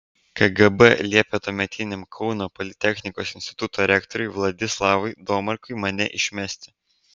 kgb liepė tuometiniam kauno politechnikos instituto rektoriui vladislavui domarkui mane išmesti